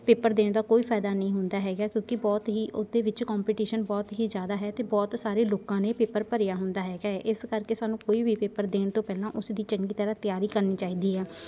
paper ਦੇਣ ਦਾ ਕੋਈ ਫਾਇਦਾ ਨਹੀਂ ਹੁੰਦਾ ਹੈਗਾ ਕਿਉਂਕਿ ਬਹੁਤ ਹੀ ਉਹਦੇ ਵਿੱਚ ਕੋਂਪੀਟੀਸ਼ਨ ਬਹੁਤ ਹੀ ਜ਼ਿਆਦਾ ਹੈ ਅਤੇ ਬਹੁਤ ਸਾਰੇ ਲੋਕਾਂ ਨੇ ਪੇਪਰ ਭਰਿਆ ਹੁੰਦਾ ਹੈਗਾ ਹੈ ਇਸ ਕਰਕੇ ਸਾਨੂੰ ਕੋਈ ਵੀ ਪੇਪਰ ਦੇਣ ਤੋਂ ਪਹਿਲਾਂ ਉਸ ਦੀ ਚੰਗੀ ਤਰ੍ਹਾਂ ਤਿਆਰੀ ਕਰਨੀ ਚਾਹੀਦੀ ਆ